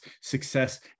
success